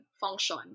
function